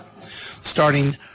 Starting